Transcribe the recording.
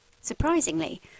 Surprisingly